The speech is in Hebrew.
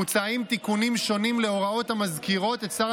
מוצעים תיקונים שונים בהוראות המזכירות את שר